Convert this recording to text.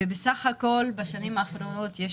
אני כמובן מברך על שינוי סדרי העדיפויות לטובת תחבורה ציבורית.